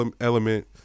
element